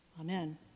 Amen